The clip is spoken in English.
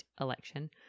election